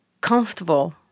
comfortable